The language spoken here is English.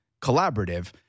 collaborative